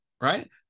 right